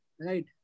Right